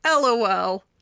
LOL